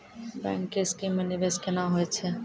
Bank के scheme मे निवेश केना होय छै?